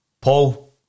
Paul